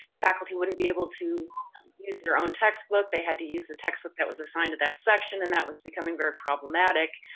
faculty wouldn't be able to use their own textbook, they had to use the textbook that was assigned to that section and that was becoming very problematic.